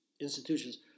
Institutions